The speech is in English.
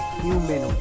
human